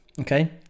okay